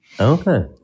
Okay